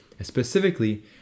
Specifically